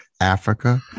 Africa